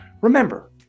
Remember